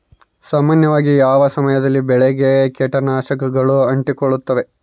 ಸಾಮಾನ್ಯವಾಗಿ ಯಾವ ಸಮಯದಲ್ಲಿ ಬೆಳೆಗೆ ಕೇಟನಾಶಕಗಳು ಅಂಟಿಕೊಳ್ಳುತ್ತವೆ?